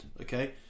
okay